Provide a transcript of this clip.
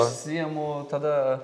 užsiimu tada